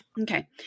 Okay